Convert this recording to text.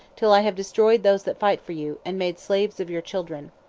till i have destroyed those that fight for you, and made slaves of your children.